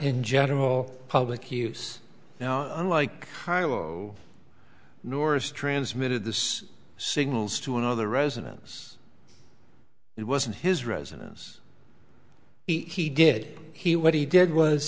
in general public use now unlike tyler moore is transmitted this signals to another residence it wasn't his residence he did he what he did was